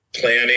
planning